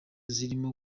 zirimo